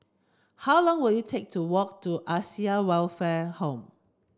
how long will it take to walk to Acacia Welfare Home